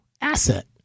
asset